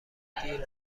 دیر